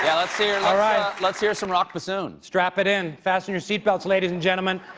yeah, let's hear like let's hear some rock bassoon. strap it in, fasten your seatbelts, ladies and gentlemen,